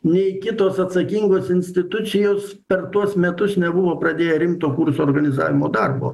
nei kitos atsakingos institucijos per tuos metus nebuvo pradėję rimto kursų organizavimo darbo